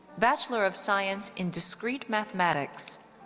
bachelor of science in discrete mathematics,